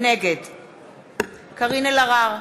נגד קארין אלהרר,